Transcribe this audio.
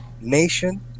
nation